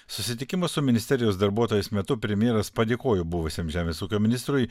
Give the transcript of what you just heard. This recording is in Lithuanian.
susitikimas su ministerijos darbuotojais metu premjeras padėkojo buvusiam žemės ūkio ministrui